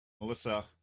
Melissa